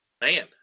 man